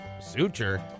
Suture